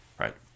right